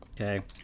okay